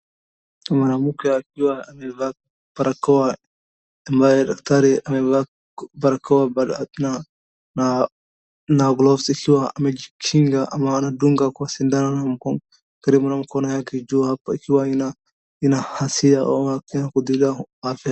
Mwanamke akiwa amevaa barakoa ambaye dakatari amevaa barakoa na gloves akiwa amejikinga ama anadunga kwa sindano karibu na mkono yake juu ikiwa ina hasira.